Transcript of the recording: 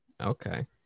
Okay